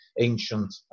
ancient